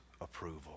approval